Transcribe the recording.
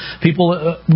People